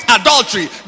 adultery